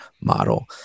model